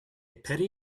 penny